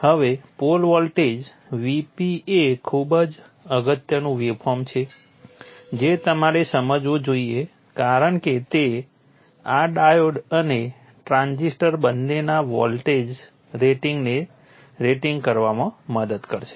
હવે pole voltage VP એ ખૂબ જ અગત્યનું વેવફોર્મ છે જે તમારે સમજવું જોઇએ કારણ કે તે આ ડાયોડ અને ટ્રાન્ઝિસ્ટર બંનેના વોલ્ટેજ રેટિંગને રેટિંગ કરવામાં મદદ કરશે